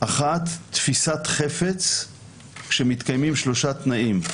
אחת, תפיסת חפץ כשמתקיימים שלושה תנאים: